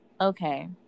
Okay